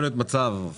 יש לי מספרים מדויקים.